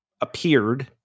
appeared